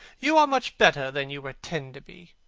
you are much better than you pretend to be.